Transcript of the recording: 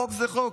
חוק זה חוק,